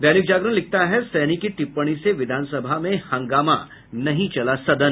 दैनिक जागरण लिखता है सहनी की टिप्पणी से विधानसभा में हंगामा नहीं चला सदन